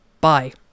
Bye